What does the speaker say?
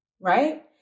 right